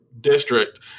district